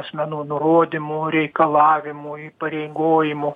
asmenų nurodymų reikalavimų įpareigojimų